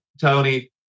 Tony